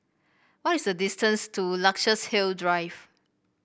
what is the distance to Luxus Hill Drive